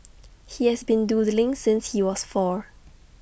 he has been doodling since he was four